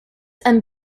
and